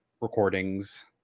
recordings